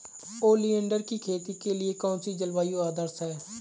Oleander की खेती के लिए कौन सी जलवायु आदर्श है?